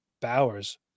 Bowers